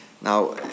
Now